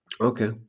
Okay